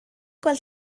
gweld